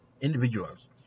individuals